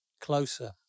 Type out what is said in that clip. closer